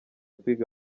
kwiga